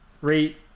Rate